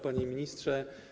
Panie Ministrze!